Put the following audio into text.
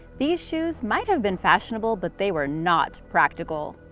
these shoes might have been fashionable, but they were not practical.